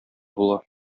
була